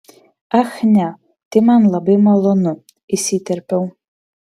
ach ne tai man labai malonu įsiterpiau